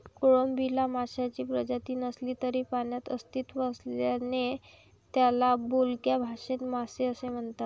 कोळंबीला माशांची प्रजाती नसली तरी पाण्यात अस्तित्व असल्याने त्याला बोलक्या भाषेत मासे असे म्हणतात